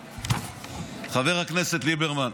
חבר הכנסת ליברמן,